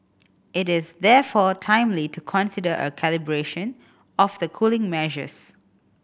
it is therefore timely to consider a calibration of the cooling measures